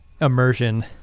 immersion